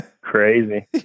crazy